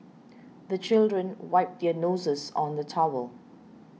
the children wipe their noses on the towel